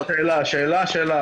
שאלה-שאלה.